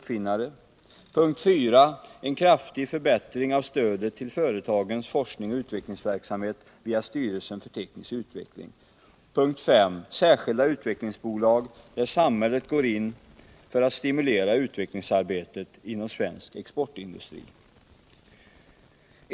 4. En kraftig förbättring av stödet till företagens forskningsoch utvecklingsverksamhet via styrelsen för teknisk utveckling. 5. Särskilda utvecklingsbolag där samhället går in för att stimulera utvecklingsarbetet inom svensk exportindustri.